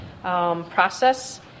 process